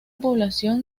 población